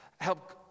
help